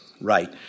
right